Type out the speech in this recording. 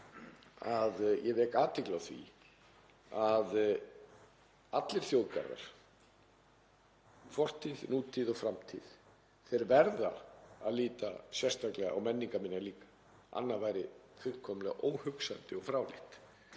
en ég vek athygli á því að allir þjóðgarðar í fortíð, nútíð og framtíð verða að líta sérstaklega á menningarminjar líka. Annað væri fullkomlega óhugsandi og fráleitt.